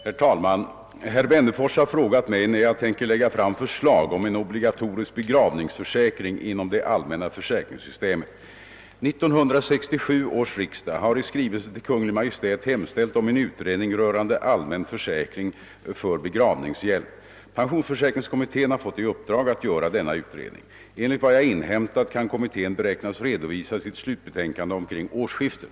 Herr talman! Herr Wennerfors har frågat mig när jag tänker lägga fråm förslåg om en obligatorisk begravningsförsäkring inom det allmänna försäkringssystemet. 1967 års riksdag har i skrivelse till Kungl. Maj:t hemställt om en utredning rörande allmän försäkring för begravningshjälp. Pensionsförsäkringskommittén har fått i uppdrag att göra denna utredning. Enligt vad jag inhämtat kan kommittén beräknas redovisa sitt 'slutbetänkande omkring årsskiftet.